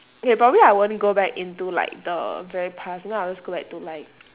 okay probably I won't go back into like the very past if not I will go back to like